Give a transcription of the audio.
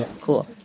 Cool